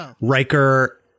Riker